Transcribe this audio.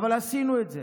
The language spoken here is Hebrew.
אבל עשינו את זה.